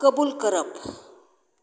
कबूल करप